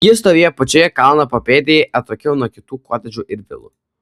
ji stovėjo pačioje kalno papėdėje atokiau nuo kitų kotedžų ir vilų